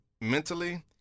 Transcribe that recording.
mentally